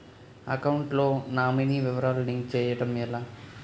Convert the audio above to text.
Account లో nominee వివరాలు link చేయటం ఎలా?